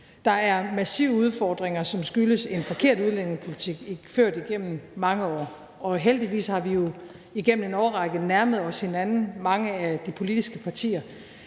Der er massive udfordringer, som skyldes en forkert udlændingepolitik ført igennem mange år. Heldigvis har vi jo igennem en årrække nærmet os hinanden, mange af de politiske partier,